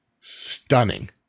stunning